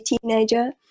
teenager